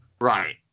Right